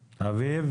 גלבוע.